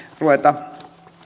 ruveta